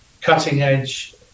cutting-edge